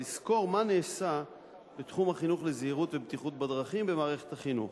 לסקור מה נעשה בתחום החינוך לזהירות ובטיחות במערכת החינוך.